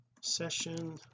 session